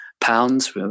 pounds